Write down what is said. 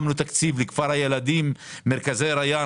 שמנו תקציב לכפר הילדים, למרכזי ריאן.